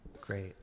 Great